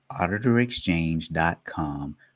auditorexchange.com